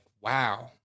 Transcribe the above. wow